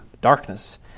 darkness